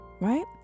right